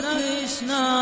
Krishna